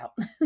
out